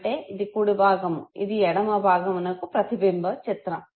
అంటే ఇది కుడి భాగము ఇది ఎడమ భాగమునకు ప్రతిబింబ చిత్రం